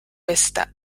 pesta